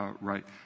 right